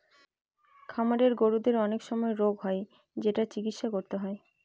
খামারের গরুদের অনেক সময় রোগ হয় যেটার চিকিৎসা করতে হয়